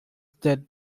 that